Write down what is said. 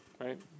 right